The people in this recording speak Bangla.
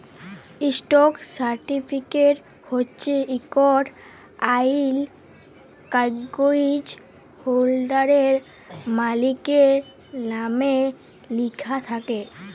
ইস্টক সার্টিফিকেট হছে ইকট আইল কাগ্যইজ হোল্ডারের, মালিকের লামে লিখ্যা থ্যাকে